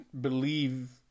believe